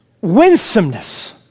winsomeness